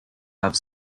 have